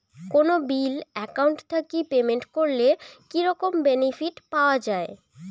কোনো bill account থাকি payment করলে কি রকম বেনিফিট পাওয়া য়ায়?